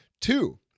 Two